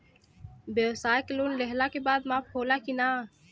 ब्यवसाय के लोन लेहला के बाद माफ़ होला की ना?